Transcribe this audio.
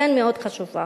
אכן מאוד חשובה,